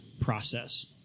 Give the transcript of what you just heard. process